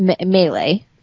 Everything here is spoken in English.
Melee